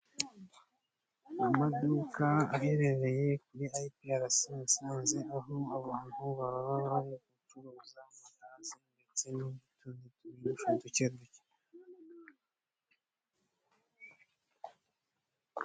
Amaduka aherereye kuri IPRC Musanze, aho abantu baba bari gucuruza amagaze, ndetse n'utundi dukoresho duke duke.